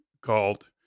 called